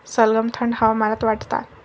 सलगम थंड हवामानात वाढतात